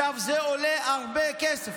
זה עולה הרבה כסף,